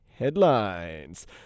Headlines